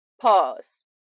pause